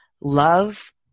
love